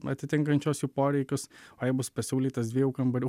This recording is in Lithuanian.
atitinkančios jų poreikius o jei bus pasiūlytas dviejų kambarių